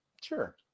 Sure